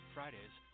Fridays